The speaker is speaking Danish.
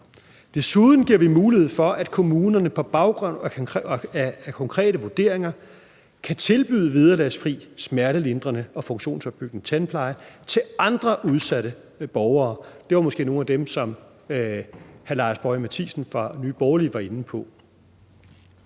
Desuden giver vi mulighed for, at kommunerne på baggrund af konkrete vurderinger kan tilbyde vederlagsfri smertelindrende og funktionsopbyggende tandpleje til andre udsatte borgere – det var måske nogle af dem, som hr. Lars Boje Mathiesen fra Nye Borgerlige var inde på